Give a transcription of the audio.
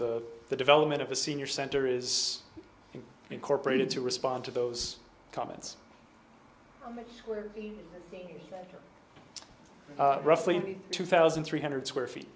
the the development of a senior center is incorporated to respond to those comments where roughly two thousand three hundred square feet